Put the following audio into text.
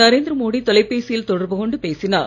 நரேந்திர மோடி தொலைபேசியில் தொடர்பு கொண்டு பேசினார்